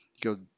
go